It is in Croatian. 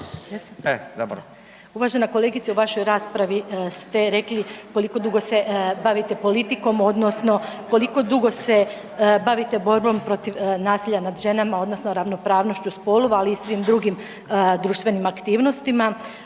Uvažena kolegice u vašoj raspravi ste rekli koliko dugo se bavite politikom odnosno koliko dugo se bavite borbom protiv nasilja nad ženama odnosno ravnopravnošću spolova ali i svim drugim društvenim aktivnostima.